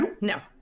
No